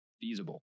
feasible